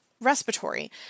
Respiratory